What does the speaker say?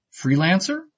Freelancer